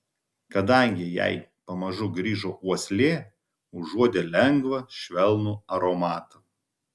kadangi jai pamažu grįžo uoslė užuodė lengvą švelnų aromatą